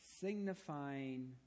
signifying